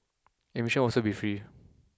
admission will also be free